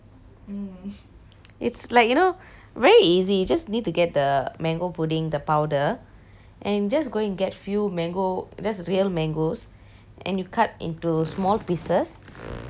it's like you know very easy you just need to get the mango pudding the powder and just go and get few mango just real mangoes and you cut into small pieces and you know how to do jelly right